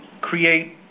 create